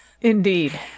indeed